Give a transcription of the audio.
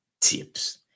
tips